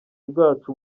bwacu